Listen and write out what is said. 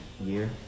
year